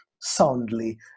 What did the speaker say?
soundly